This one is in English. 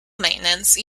maintenance